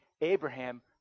Abraham